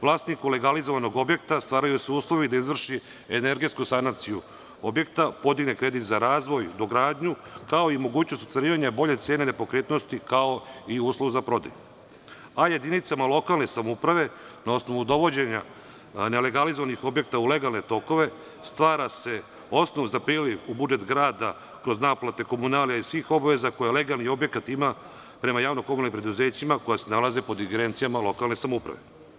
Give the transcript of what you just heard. Vlasniku legalizovanog objekta stvaraju se uslovi da izvrši energetsku sanaciju objekta, podigne kredit za razvoj, dogradnju, kao i mogućnost ostvarivanja bolje cene nepokretnosti, kao i uslov za prodaju, a jedinicama lokalne samouprave na osnovu dovođenja nelegalizovanih objekata u legalne tokove stvara se osnov za priliv u budžet grada od naplate komunalija i svih obaveza koje legalni objekat ima prema javnim komunalnim preduzećima koja se nalaze pod ingerencijama lokalne samouprave.